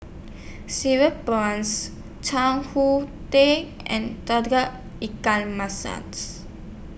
Cereal Prawns Chan Hu Tang and Ikan Masin's